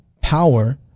power